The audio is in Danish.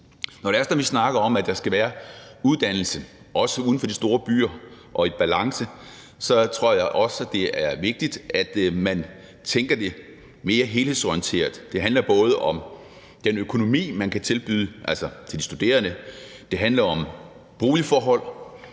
at vi snakker om, at der skal være uddannelse, også uden for de store byer, og en uddannelsesbalance, tror jeg også, det er vigtigt, at man tænker det mere helhedsorienteret. Det handler både om den økonomi, man kan tilbyde de studerende, det handler om boligforhold,